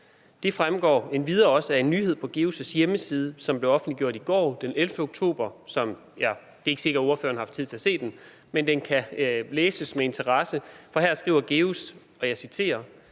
af en nyhed på GEUS hjemmeside, som blev offentliggjort i går, den 11. oktober – det er ikke sikkert, spørgeren har haft tid til at se den, men den kan læses med interesse – for her skriver GEUS: »Den faglige